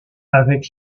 avec